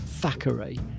Thackeray